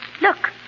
Look